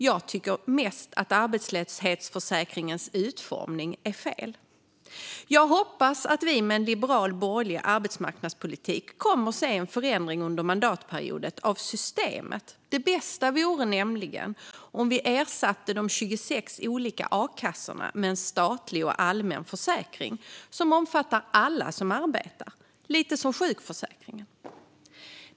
Jag tycker mest att arbetslöshetsförsäkringens utformning är fel. Jag hoppas att vi med en liberal, borgerlig arbetsmarknadspolitik kommer att se en förändring av systemet under mandatperioden. Det bästa vore nämligen om vi ersatte de 26 olika a-kassorna med en statlig och allmän försäkring som omfattar alla som arbetar - lite grann som sjukförsäkringen.